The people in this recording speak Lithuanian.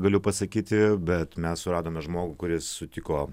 galiu pasakyti bet mes suradome žmogų kuris sutiko